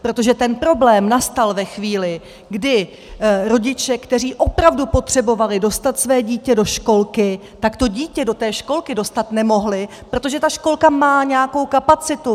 Protože ten problém nastal ve chvíli, kdy rodiče, kteří opravdu potřebovali dostat své dítě do školky, to dítě do té školky dostat nemohli, protože ta školka má nějakou kapacitu.